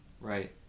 Right